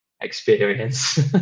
experience